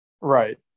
Right